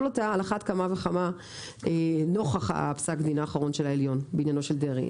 אותה על אחת כמה וכמה נוכח פסק הדין האחרון של העליון בעניינו של דרעי.